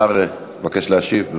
השר מבקש להשיב.